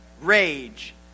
rage